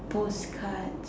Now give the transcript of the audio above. post card